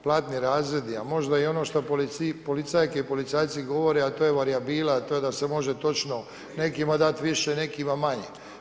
Platni razredi, a možda i ono što policajke i policajci govore, a to je varijabila, a to je da se može točno nekima dati više nekima manje.